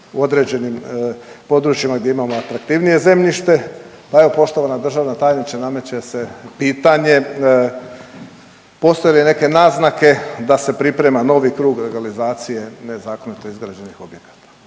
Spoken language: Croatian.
u određenim područjima gdje imamo atraktivnije zemljište, a evo, poštovana državna tajniče, nameće se pitanje, postoje li neke naznaka da se priprema novi krug legalizacije nezakonito izgrađenih objekata?